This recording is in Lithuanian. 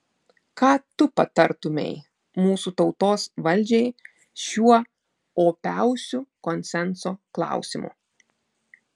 ką tu patartumei mūsų tautos valdžiai šiuo opiausiu konsenso klausimu